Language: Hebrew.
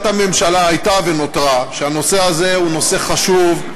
הממשלה הייתה ונותרה שהנושא הזה הוא נושא חשוב,